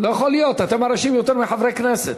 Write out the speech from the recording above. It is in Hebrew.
לא יכול להיות, אתם מרעישים יותר מחברי כנסת.